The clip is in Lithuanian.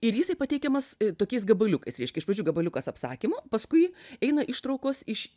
ir jisai pateikiamas tokiais gabaliukais reiškia iš pradžių gabaliukas apsakymo paskui eina ištraukos iš